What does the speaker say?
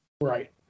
Right